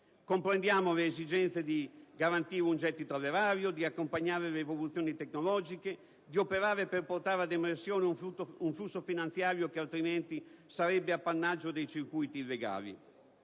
Comprendiamo le esigenze di garantire un gettito all'erario, di accompagnare le evoluzioni tecnologiche, di operare per portare ad emersione un flusso finanziario che altrimenti sarebbe appannaggio dei circuiti illegali.